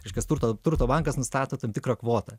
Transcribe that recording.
reiškias turto turto bankas nustato tam tikrą kvotą